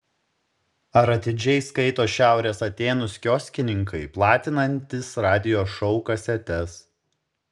ar atidžiai skaito šiaurės atėnus kioskininkai platinantys radijo šou kasetes